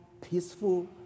peaceful